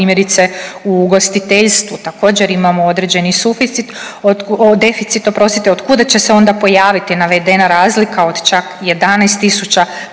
u ugostiteljstvu također imamo određeni suficit, deficit oprostite, od kuda će se onda pojaviti navedena razlika od čak 11.500